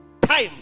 Time